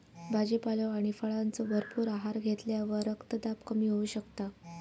भाजीपालो आणि फळांचो भरपूर आहार घेतल्यावर रक्तदाब कमी होऊ शकता